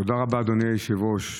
תודה רבה, אדוני היושב-ראש.